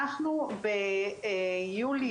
אנחנו ביולי,